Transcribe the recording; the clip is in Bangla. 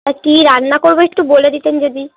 আর কী রান্না করব একটু বলে দিতেন যদি